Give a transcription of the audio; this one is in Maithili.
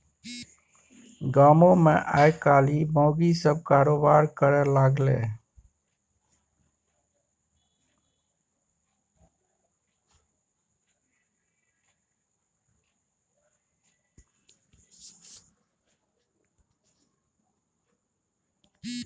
गामोमे आयकाल्हि माउगी सभ कारोबार करय लागलै